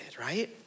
Right